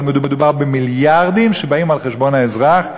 אבל מדובר במיליארדים שבאים על חשבון האזרח.